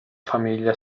famiglia